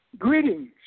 Greetings